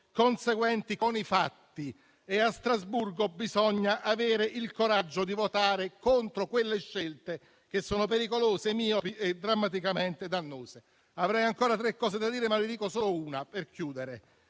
conseguenti con i fatti. A Strasburgo bisogna avere il coraggio di votare contro quelle scelte che sono pericolose, miopi e drammaticamente dannose. Avrei ancora tre argomenti da trattare ma ne cito solo una per concludere.